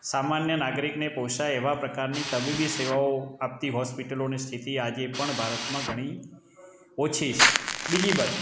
સામાન્ય નાગરિકને પોસાય એવા પ્રકારની તબીબી સેવાઓ આપતી હોસ્પિટલોની સ્થિતિ આજે પણ ભારતમાં ઘણી ઓછી છે બીજી બાજુ